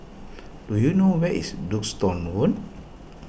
do you know where is Duxton Road